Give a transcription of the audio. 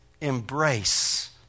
Embrace